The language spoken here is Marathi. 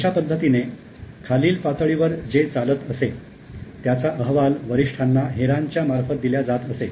अशा पद्धतीने खालील पातळीवर जे चालत असे त्याचा अहवाल वरिष्ठांना हेरांच्या मार्फत दिल्या जात असे